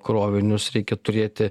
krovinius reikia turėti